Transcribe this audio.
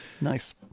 Nice